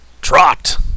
Trot